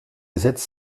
gesetz